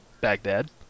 Baghdad